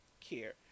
care